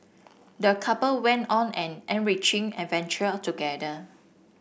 the couple went on an enriching adventure together